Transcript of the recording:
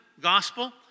gospel